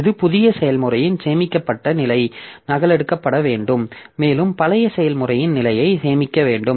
இது புதிய செயல்முறையின் சேமிக்கப்பட்ட நிலை நகலெடுக்கப்பட வேண்டும் மேலும் பழைய செயல்முறையின் நிலையை சேமிக்க வேண்டும்